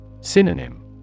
Synonym